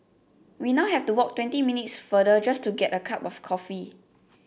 we now have to walk twenty minutes farther just to get a cup of coffee